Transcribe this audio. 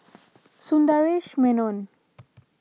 Sundaresh Menon